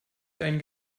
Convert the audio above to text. dein